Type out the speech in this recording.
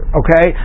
okay